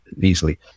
easily